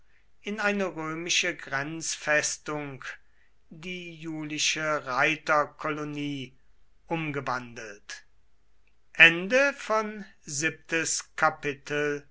in eine römische grenzfestung die julische reiter colonie umgewandelt